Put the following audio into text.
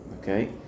Okay